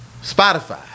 Spotify